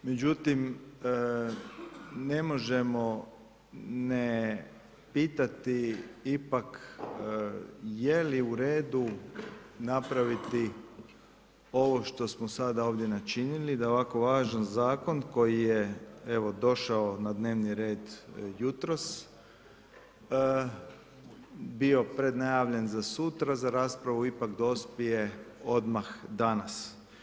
Međutim, ne možemo ne pitati ipak je li u redu napraviti ovo što smo sada ovdje načinili, da ovako važan zakon koji je došao na dnevni red jutros, bio pred najavljen za sutra, za raspravu ipak dospije odmah danas.